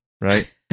right